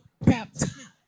baptized